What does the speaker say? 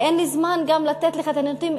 ואין לי זמן גם לתת לך את הנתונים.